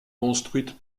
construite